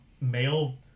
male